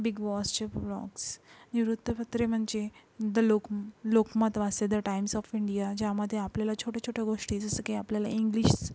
big वॉसचे blogs आणि वृत्तपत्रे म्हणजे द लोक लोकमत वाचते द टाईम्स ऑफ इंडिया ज्यामध्ये आपल्याला छोट्या छोट्या गोष्टी जसं की आपल्याला इंग्लिश